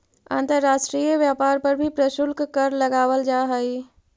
अंतर्राष्ट्रीय व्यापार पर भी प्रशुल्क कर लगावल जा हई